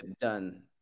done